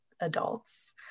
adults